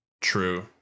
True